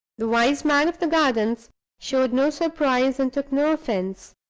the wise man of the gardens showed no surprise, and took no offense.